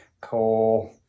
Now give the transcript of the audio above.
coal